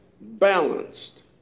balanced